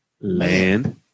Land